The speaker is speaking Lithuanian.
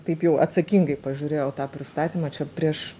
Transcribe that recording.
taip jau atsakingai pažiūrėjau tą pristatymą čia prieš